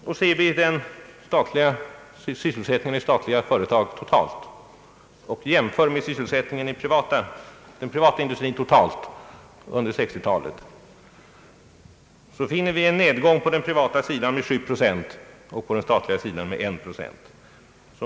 Jämför vi sysselsättningen i statliga företag totalt med sysselsättningen i den privata industrin totalt sedan 1965, finner vi en nedgång på den privata sidan med 7 procent och på den statliga sidan med 1 procent.